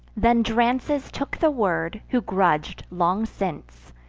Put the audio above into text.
then drances took the word, who grudg'd, long since,